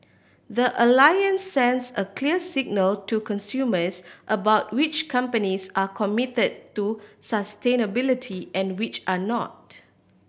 the Alliance sends a clear signal to consumers about which companies are committed to sustainability and which are not